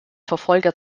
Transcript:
verfolger